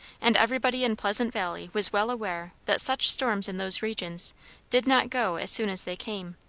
and everybody in pleasant valley was well aware that such storms in those regions did not go as soon as they came.